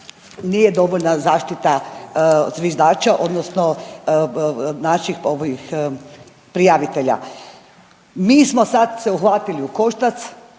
nije dovoljna zaštita zviždača odnosno naših ovih prijavitelja. Mi smo sad se uhvatili u koštac,